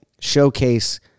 showcase –